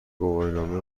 گواهینامه